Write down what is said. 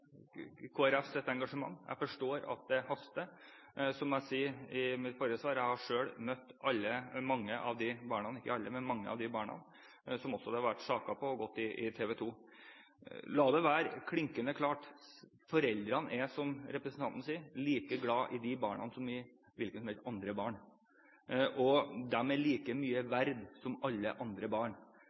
det haster. Som jeg sa i mitt forrige svar: Jeg har selv møtt mange av de barna som det har vært saker om i TV 2. La det være klinkende klart: Foreldrene er, som representanten sier, like glad i de barna som i hvilke som helst andre barn. Og disse barna er like mye verd som alle andre barn.